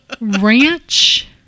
Ranch